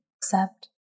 accept